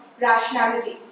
rationality